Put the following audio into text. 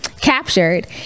captured